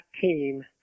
team